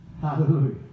Hallelujah